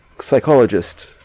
psychologist